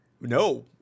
No